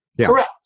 Correct